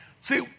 See